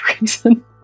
reason